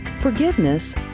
forgiveness